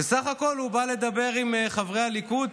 הוא בסך הכול הוא בא לדבר עם חברי הליכוד,